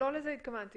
לא לזה התכוונתי.